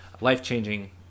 life-changing